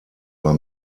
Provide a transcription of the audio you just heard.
war